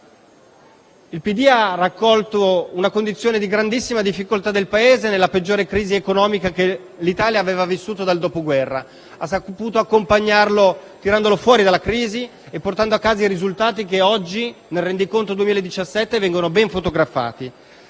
Il PD ha raccolto una condizione di grandissima difficoltà del Paese nella peggiore crisi economica che l'Italia ha vissuto dal Dopoguerra: ha saputo accompagnarlo tirandolo fuori dalla crisi e portando a casa i risultati che oggi, nel rendiconto 2017, vengono ben fotografati.